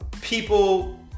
people